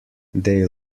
they